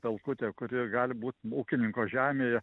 pelkutė kuri gali būt ūkininko žemėje